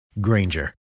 Granger